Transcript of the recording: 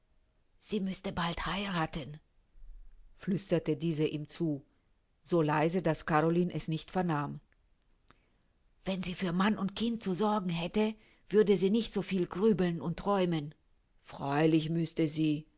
sie müßte bald heirathen flüsterte diese ihm zu so leise daß caroline es nicht vernahm wenn sie für mann und kind zu sorgen hätte würde sie nicht so viel grübeln und träumen freilich müßte sie